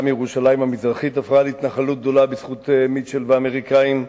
גם ירושלים המזרחית הפכה להתנחלות גדולה בזכות מיטשל והאמריקנים,